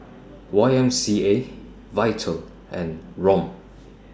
Y M C A Vital and Rom